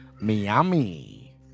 Miami